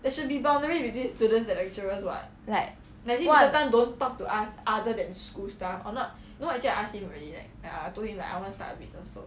like what